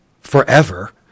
forever